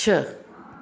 छह